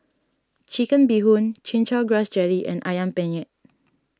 Chicken Bee Hoon Chin Chow Grass Jelly and Ayam Penyet